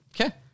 Okay